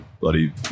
bloody